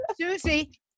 Susie